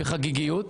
בחגיגיות,